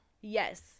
Yes